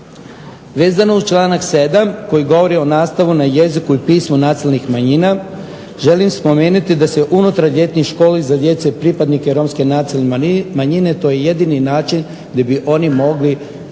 Vezano uz članak 7. koji govori o nastavi na jeziku i pismu nacionalnih manjina želim spomenuti da se unutar ljetnih školi za djecu i pripadnike romske nacionalne manjine to je jedini način gdje bi oni mogli raditi